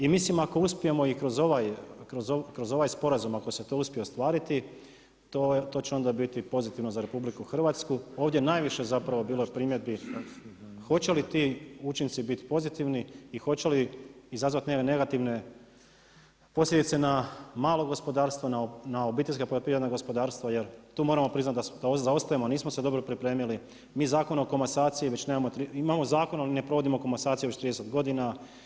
I mislim ako uspijemo i kroz ovaj sporazum, ako se to uspije ostvariti, to će onda biti pozitivno za RH, ovdje najviše zapravo, bilo je primjedbi, hoće li takvi učinci biti pozitivni i hoće li izazvati negativne posljedice na malo gospodarstvo, na obiteljske poljoprivredna gospodarstva, jer tu moramo priznati da zaostajemo, nismo se dobro pripremili, mi Zakon o komasaciji već nemamo, imamo zakon ali ne provodimo komasaciju već 30 godina.